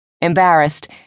Embarrassed